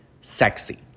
sexy